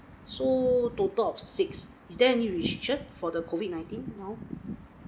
so total of six is there any restriction for the COVID-nineteen now